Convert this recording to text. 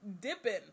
dipping